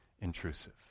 intrusive